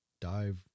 dive